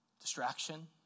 distraction